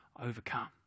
overcome